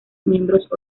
miembros